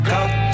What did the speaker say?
Got